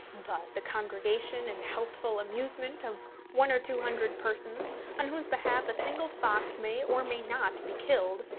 but the congregation and healthful amusement of one or two hundred persons, on whose behalf a single fox may or may not be killed,